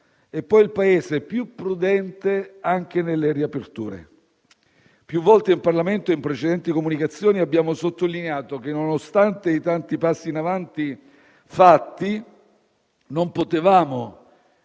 e poi il Paese più prudente anche nelle riaperture. Più volte in Parlamento, in precedenti comunicazioni, abbiamo sottolineato che, nonostante i tanti passi in avanti fatti, non potevamo